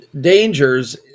dangers